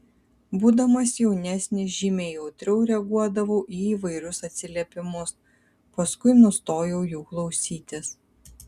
būdamas jaunesnis žymiai jautriau reaguodavau į įvairius atsiliepimus paskui nustojau jų klausytis